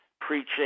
preaching